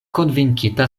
konvinkita